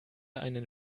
einen